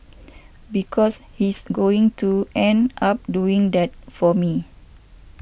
because he's going to end up doing that for me